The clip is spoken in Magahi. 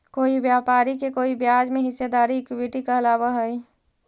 कोई व्यापारी के कोई ब्याज में हिस्सेदारी इक्विटी कहलाव हई